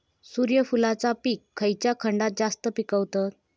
सूर्यफूलाचा पीक खयच्या खंडात जास्त पिकवतत?